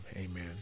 Amen